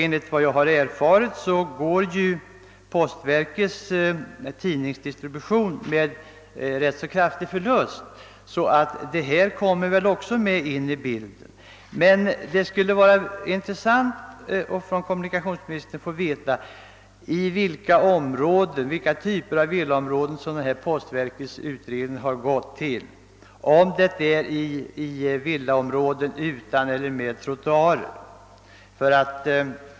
Enligt vad jag har erfa rit går postverkets tidningsdistribution med ganska stor förlust, och detta kommer väl också in i bilden. Det vore intressant att av kommunikationsministern få veta vilka typer av villaområden som postverkets utredning har omfattat, och om det är villaområden med eller utan trottoarer.